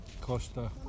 Costa